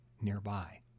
nearby